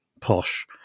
posh